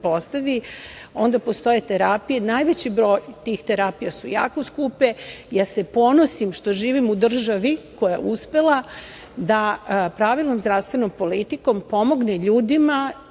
onda postoje terapije. Najveći broj tih terapija su jako skupe. Ja se ponosim što živim u državi koja je uspela da pravilnom zdravstvenom politikom pomogne ljudima,